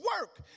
work